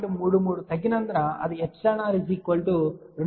33 తగ్గినందున అది εr 2